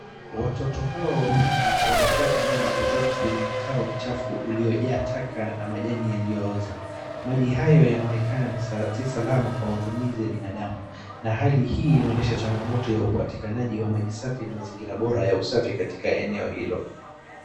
Watoto hawa wawili wanachota maji kutoka kwenye mtaro mchafu uliojaa taka na majani yaliyooza. Maji hayo yanaonekana si salama kwa matumizi ya binadamu na hali hii inaonyesha changamoto ya upatikanaji wa maji safi na mazingira bora ya usafi katika eneo hilo.